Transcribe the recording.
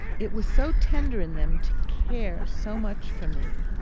it was so tender in them to care so much for me,